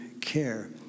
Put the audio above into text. care